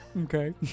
Okay